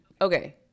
okay